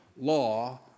law